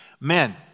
Men